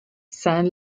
san